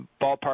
ballpark